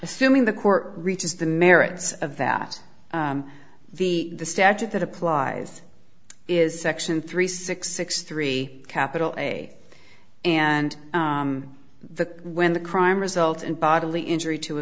assuming the court reaches the merits of that the statute that applies is section three six six three capital a and the when the crime result in bodily injury to a